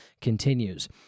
continues